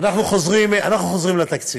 אנחנו חוזרים לתקציב.